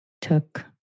took